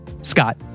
Scott